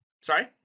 Sorry